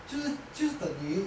就就等于